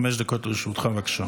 חמש דקות לרשותך, בבקשה.